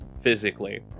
physically